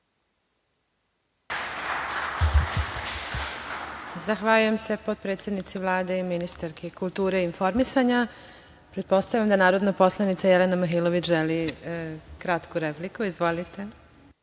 Zahvaljujem se potpredsednici Vlade i ministarki kulture i informisanja. Pretpostavljam da narodna poslanica Jelena Mihailović želi kratku repliku. Izvolite.